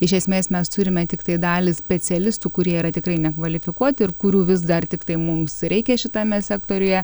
iš esmės mes turime tiktai dalį specialistų kurie yra tikrai nekvalifikuoti ir kurių vis dar tiktai mums reikia šitame sektoriuje